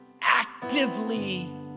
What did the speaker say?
actively